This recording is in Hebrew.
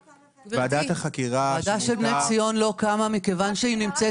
הוועדה של בני ציון לא קמה מכיוון שהיא נמצאת